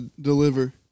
Deliver